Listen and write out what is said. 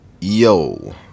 yo